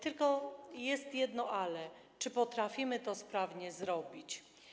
Tylko jest jedno ale: Czy potrafimy to sprawnie zrobić?